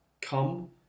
come